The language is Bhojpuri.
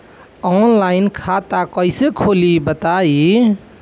आनलाइन खाता कइसे खोली बताई?